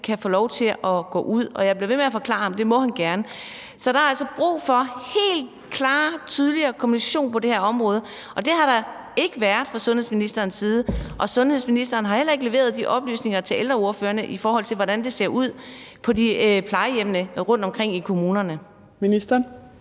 kan få lov til at gå ud. Jeg bliver ved med at forklare ham, at det må han gerne. Så der er altså brug for helt klar og tydelig kommunikation på det her område, men det har der ikke været fra sundhedsministerens side. Sundhedsministeren har heller ikke leveret de oplysninger til ældreordførerne, i forhold til hvordan det ser ud på plejehjemmene rundtomkring i kommunerne.